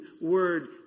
word